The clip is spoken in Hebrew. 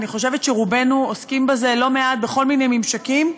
ואני חושבת שרובנו עוסקים בזה לא מעט בכל מיני ממשקים,